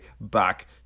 back